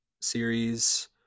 series